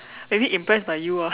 maybe impressed by you ah